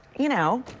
you know,